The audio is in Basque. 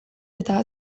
eta